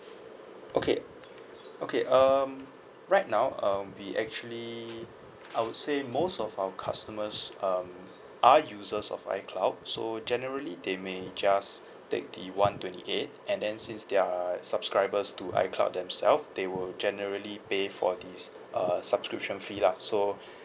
okay okay um right now um we actually I would say most of our customers um are users of icloud so generally they may just take the one twenty eight and then since they are subscribers to icloud themself they would generally pay for this uh subscription fee lah so